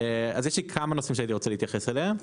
יש לי כמה נושאים שהייתי רוצה להתייחס אליהם.